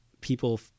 people